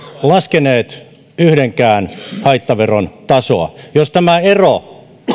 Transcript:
laskeneet yhdenkään haittaveron tasoa jos tämä ero